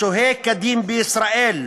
השוהה כדין בישראל,